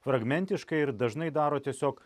fragmentiškai ir dažnai daro tiesiog